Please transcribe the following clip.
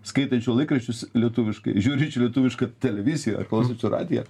skaitančių laikraščius lietuviškai žiūrinčių lietuvišką televiziją ar klausančių radiją